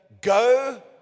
Go